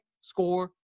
score